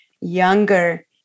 younger